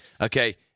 Okay